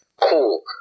Cool